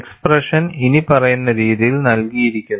expression ഇനിപ്പറയുന്ന രീതിയിൽ നൽകിയിരിക്കുന്നു